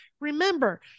remember